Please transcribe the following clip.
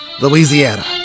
Louisiana